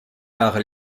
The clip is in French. par